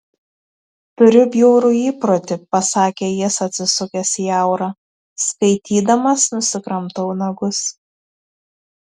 turiu bjaurų įprotį pasakė jis atsisukęs į aurą skaitydamas nusikramtau nagus